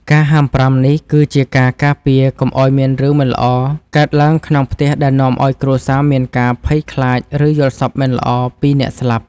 ការហាមប្រាមនេះ គឺ ជាការការពារកុំឱ្យមានរឿងមិនល្អកើតឡើងក្នុងផ្ទះដែលនាំឱ្យគ្រួសារមានការភ័យខ្លាច ឬយល់សប្តិមិនល្អពីអ្នកស្លាប់។